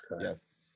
yes